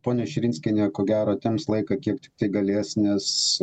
ponia širinskienė ko gero temps laiką kiek tik galės nes